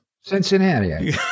Cincinnati